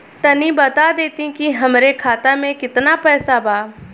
तनि बता देती की हमरे खाता में कितना पैसा बा?